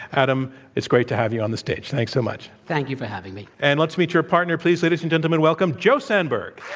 adam, it's great to have you on the stage. thanks so much. thank you for having me. and let's meet your partner. please, ladies and gentlemen, welcome joe sandberg.